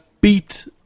beat